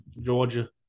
Georgia